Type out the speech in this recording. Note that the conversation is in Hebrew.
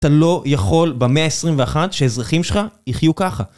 אתה לא יכול במאה ה-21 שאזרחים שלך יחיו ככה.